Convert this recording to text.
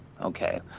Okay